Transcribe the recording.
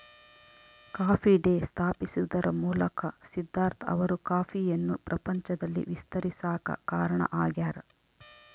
coffee Day ಸ್ಥಾಪಿಸುವದರ ಮೂಲಕ ಸಿದ್ದಾರ್ಥ ಅವರು ಕಾಫಿಯನ್ನು ಪ್ರಪಂಚದಲ್ಲಿ ವಿಸ್ತರಿಸಾಕ ಕಾರಣ ಆಗ್ಯಾರ